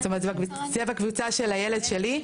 זאת אומרת בקבוצה של הילד שלי,